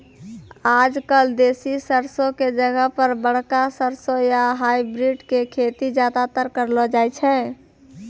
आजकल देसी सरसों के जगह पर बड़का सरसों या हाइब्रिड के खेती ज्यादातर करलो जाय छै